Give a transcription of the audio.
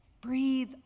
Breathe